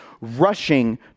rushing